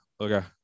okay